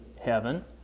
Heaven